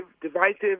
divisive